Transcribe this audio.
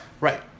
right